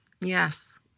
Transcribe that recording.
Yes